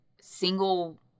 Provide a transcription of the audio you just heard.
single